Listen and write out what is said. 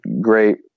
great